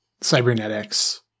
cybernetics